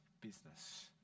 business